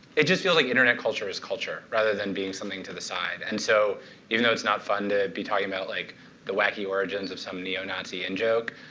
it just feels like internet culture is culture, rather than being something to the side. and so even though it's not fun to be talking about like the wacky origins of some neo-nazi and in-joke,